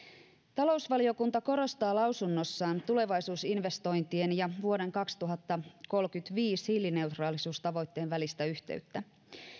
talousvaliokunta korostaa lausunnossaan tulevaisuusinvestointien ja vuoden kaksituhattakolmekymmentäviisi hiilineutraalisuustavoitteen välistä yhteyttä